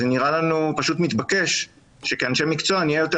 זה נראה לנו פשוט מתבקש שכאנשי מקצוע נהיה יותר